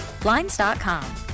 Blinds.com